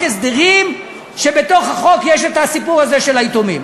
הסדרים כשבתוכו יש הסיפור הזה של היתומים.